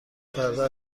فردا